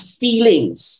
feelings